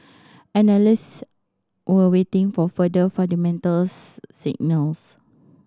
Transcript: analysts were waiting for further fundamental signal